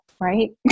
Right